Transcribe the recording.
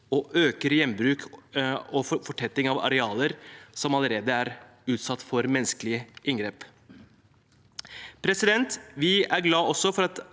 og øker gjenbruk og fortetting av arealer som allerede er utsatt for menneskelige inngrep. Vi er også glad for at